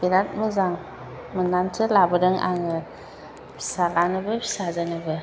बिराद मोजां नुनानैसो लाबोदों आङो फिसाज्लानोबो फिसाजोनोबो